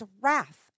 wrath